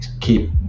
keep